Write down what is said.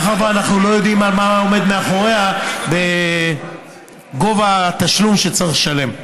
מאחר שאנחנו לא יודעים מה עומד מאחוריה בגובה התשלום שצריך לשלם,